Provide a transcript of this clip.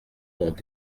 ont